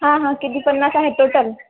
हां हां किती पन्नास आहेत टोटल